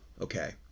okay